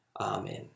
Amen